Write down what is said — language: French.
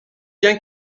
bien